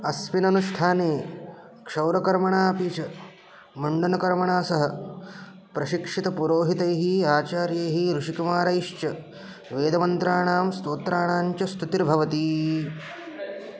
अस्मिन्ननुष्ठाने क्षौरकर्मणा अपि च मुण्डनकर्मणा सह प्रशिक्षितपुरोहितैः आचार्यैः ऋषिकुमारैश्च वेदमन्त्राणां स्तोत्राणाञ्च स्तुतिर्भवति